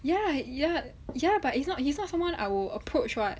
ya ya ya but he's not he's not someone I will approach [what]